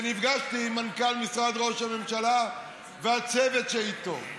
ונפגשתי עם מנכ"ל משרד ראש הממשלה והצוות שאיתו.